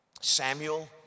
Samuel